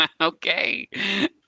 Okay